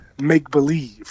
Make-believe